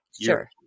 Sure